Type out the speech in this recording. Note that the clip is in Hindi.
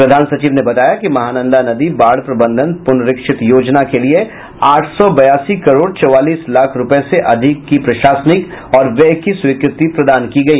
प्रधान सचिव ने बताया कि महानन्दा नदी बाढ़ प्रबंधन पुनरीक्षित योजना के लिए आठ सौ बयासी करोड़ चौवालीस लाख रुपये से अधिक की प्रशासनिक और व्यय की स्वीकृति प्रदान की गई